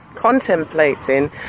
contemplating